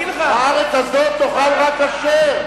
הארץ הזאת תאכל רק כשר.